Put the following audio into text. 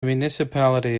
municipality